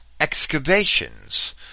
Excavations